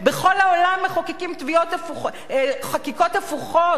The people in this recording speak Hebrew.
בכל העולם מחוקקים חקיקות הפוכות,